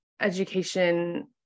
education